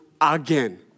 again